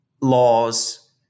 laws